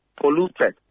polluted